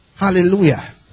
Hallelujah